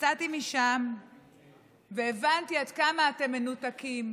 יצאתי משם והבנתי עד כמה אתם מנותקים,